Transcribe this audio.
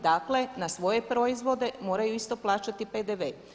Dakle, na svoje proizvode moraju isto plaćati PDV.